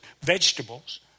vegetables